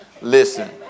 Listen